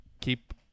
keep